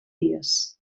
dies